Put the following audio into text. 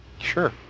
Sure